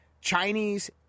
Chinese